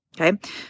okay